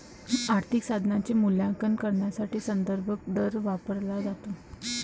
आर्थिक साधनाचे मूल्यांकन करण्यासाठी संदर्भ दर वापरला जातो